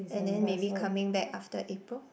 and then maybe coming back after April